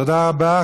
תודה רבה.